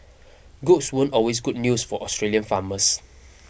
goats weren't always good news for Australian farmers